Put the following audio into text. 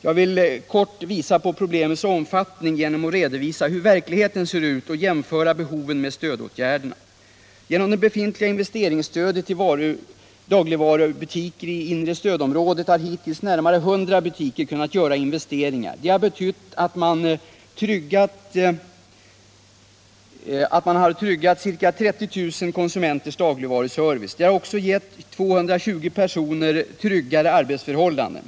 Jag vill här kort visa på problemets omfattning genom att redovisa hur verkligheten ser ut och jämföra behoven med stödåtgärderna. Genom det befintliga investeringsstödet till dagligvarubutiker i inre stödområdet har hittills närmare 100 butiker kunnat göra investeringar. Det har betytt att man tryggat ca 30 000 konsumenters dagligvaruservice. Det har också gett 220 personer tryggare arbetsförhållanden.